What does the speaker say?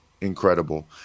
incredible